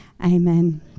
Amen